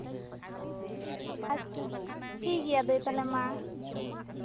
ᱟᱪᱪᱷᱟ ᱴᱷᱤᱠ ᱜᱮᱭᱟ ᱫᱟᱹᱭ ᱛᱟᱦᱚᱞᱮ ᱢᱟ